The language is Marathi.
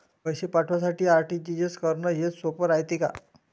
पैसे पाठवासाठी आर.टी.जी.एस करन हेच सोप रायते का?